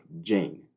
Jane